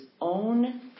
own